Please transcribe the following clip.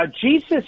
Jesus